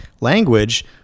language